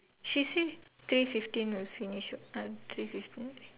she say three fifteen will finish what three fifteen